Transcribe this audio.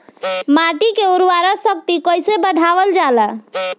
माटी के उर्वता शक्ति कइसे बढ़ावल जाला?